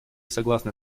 согласны